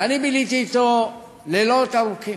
ואני ביליתי אתו לילות ארוכים.